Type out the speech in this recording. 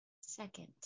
Second